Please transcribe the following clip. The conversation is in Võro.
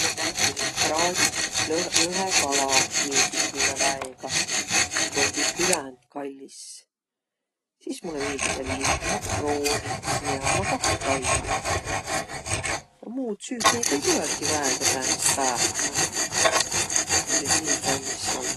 No näütüses praadit lõh- lõhekala miildüs mullõ väega. Tuu om külq küländ kallis. Sis mullõ miildüseq viil makrooniq, miä ommaq kah kalliq. Muud süüki niguq ei tulõkiq väega säänest päähä, mis nüüd nii kallis om.